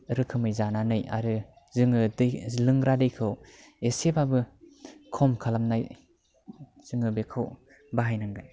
रोखोमै जानानै आरो जोङो दै लोंग्रा दैखौ एसेब्लाबो खम खालामनाय जोङो बेखौ बाहायनांगोन